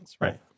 Right